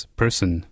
person